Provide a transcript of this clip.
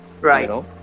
Right